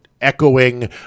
Echoing